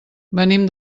venim